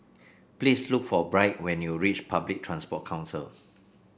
please look for Byrd when you reach Public Transport Council